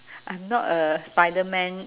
I'm not a spiderman